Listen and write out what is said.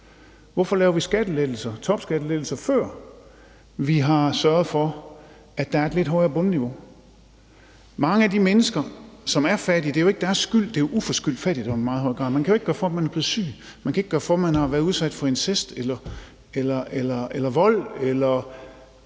Hvorfor laver vi topskattelettelser, før vi har sørget for, at der er et lidt højere bundniveau? Det gælder jo for mange af de menneskers, som er fattige, at det jo ikke er deres skyld. Det er uforskyldt fattigdom i meget høj grad. Man kan jo ikke gøre for, at man er blevet syg. Man kan ikke gøre for, man har været udsat for incest eller vold